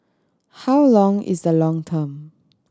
how long is the long term